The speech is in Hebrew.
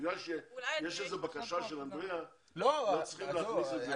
בגלל שיש איזושהי בקשה של אנדריאה לא צריך להכניס את זה.